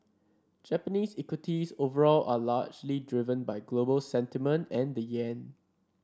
Japanese equities overall are largely driven by global sentiment and the yen